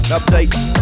updates